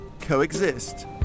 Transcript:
coexist